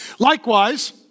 Likewise